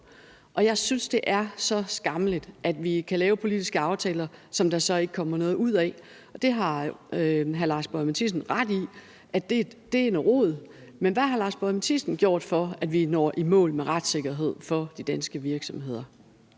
Og jeg synes, det er så skammeligt, at vi kan lave politiske aftaler, som der så ikke kommer noget ud af. Det har hr. Lars Boje Mathiesen ret i, altså at det er noget rod. Men hvad har hr. Lars Boje Mathiesen gjort for, at vi når i mål med at sørge for retssikkerhed for de danske virksomheder?